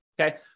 okay